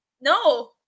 No